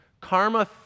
Karma